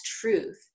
truth